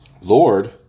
Lord